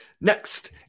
Next